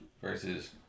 versus